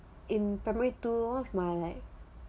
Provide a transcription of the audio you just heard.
in primary two what's my